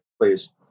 please